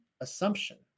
assumption